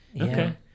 Okay